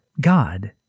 God